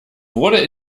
wurde